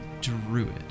druid